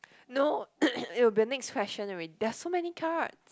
no it will be the next question already there are so many cards